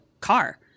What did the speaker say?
car